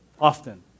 often